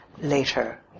later